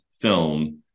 film